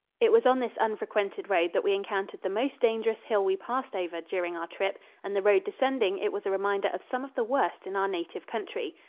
it was on this unfrequented road that we encountered the most dangerous hill we passed over during our trip, and the road descending it was a reminder of some of the worst in our native country.